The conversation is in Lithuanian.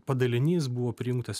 padalinys buvo prijungtas